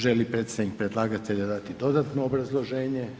Želi li predstavnik predlagatelja dati dodatno obrazloženje?